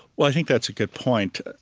well, i think that's a good point.